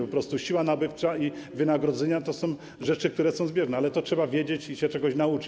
Po prostu siła nabywcza i wynagrodzenia to są rzeczy, które są zbieżne, ale to trzeba wiedzieć i się trzeba czegoś nauczyć.